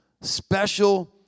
special